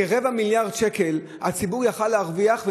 כרבע מיליארד שקל הציבור יכול היה להרוויח,